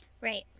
Right